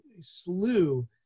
slew